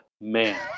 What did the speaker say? man